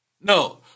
no